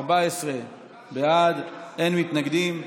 14 בעד, אין מתנגדים.